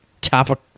topic